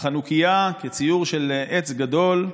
החנוכייה כציור של עץ גדול.